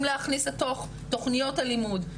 להכניס לתוך תוכניות הלימוד,